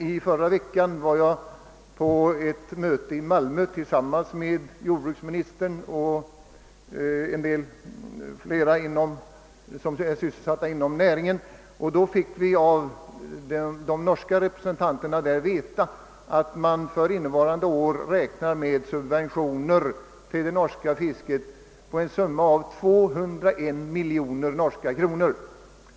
I förra veckan var jag emellertid på ett möte i Malmö tillsammans med jordbruksministern och inom fiskerinäringen sysselsatta personer. Av de norska representanterna fick vi då veta att man för innevarande år räknar med subventioner till det norska fisket på 201 miljoner norska kronor.